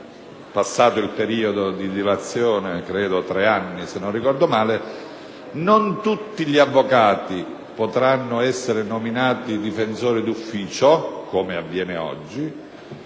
se non ricordo male, non tutti gli avvocati potranno essere nominati difensori d'ufficio come avviene oggi,